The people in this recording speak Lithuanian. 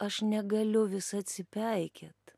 aš negaliu vis atsipeikėt